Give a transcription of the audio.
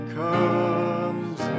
comes